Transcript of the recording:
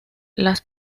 las